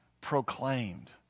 proclaimed